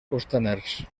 costaners